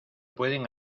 pueden